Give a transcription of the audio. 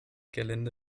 gerlinde